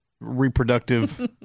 reproductive